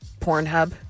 Pornhub